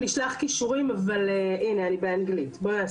בוא נעשה את זה באנגלית למען הסדר הטוב,